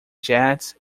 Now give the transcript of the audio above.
jets